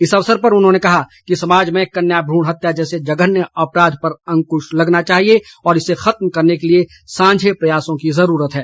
इस अवसर पर उन्होंने कहा कि समाज में कन्या भ्रण हत्या जैसे जघन्य अपराध पर अंकुश लगना चाहिए और इसे खत्म करने के लिए सांझे प्रयासों की जरूरत है